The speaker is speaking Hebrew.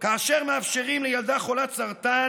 כאשר מאפשרים לילדה חולת סרטן